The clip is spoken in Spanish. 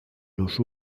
los